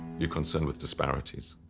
you concerned with disparities.